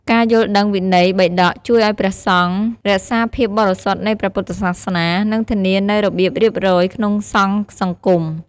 ការយល់ដឹងវិន័យបិដកជួយឱ្យព្រះសង្ឃរក្សាភាពបរិសុទ្ធនៃព្រះពុទ្ធសាសនា និងធានានូវរបៀបរៀបរយក្នុងសង្ឃសង្គម។